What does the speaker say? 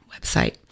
website